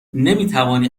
نمیتوانی